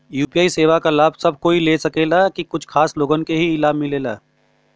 UPI सेवा क लाभ सब कोई ले सकेला की कुछ खास लोगन के ई लाभ मिलेला?